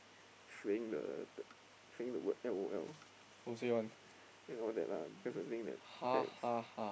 showing the the showing the word L_O_L and all that lah cause I think that that's